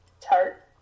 tart